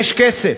יש כסף.